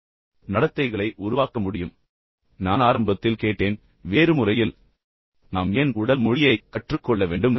இப்போது அடுத்த கேள்வி என்னவென்றால் நான் ஆரம்பத்தில் கேட்டேன் ஆனால் இப்போது வேறு முறையில் நாம் ஏன் உடல் மொழியைக் கற்றுக்கொள்ள வேண்டும்